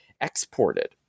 exported